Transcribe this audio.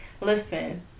listen